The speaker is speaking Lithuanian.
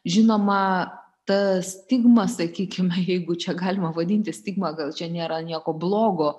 žinoma ta stigma sakykime jeigu čia galima vadinti stigma gal čia nėra nieko blogo